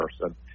person